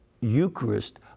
Eucharist